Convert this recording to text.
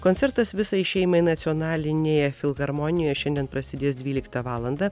koncertas visai šeimai nacionalinėje filharmonijoje šiandien prasidės dvyliktą valandą